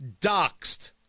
doxed